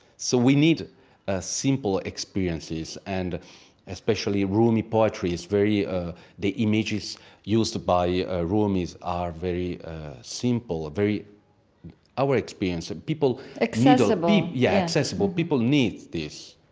so we need a simple experiences and especially rumi poetry is very ah the images used by ah rumi are very simple very our experience ah people, accessible? yeah, accessible. people need this.